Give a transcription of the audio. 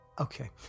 Okay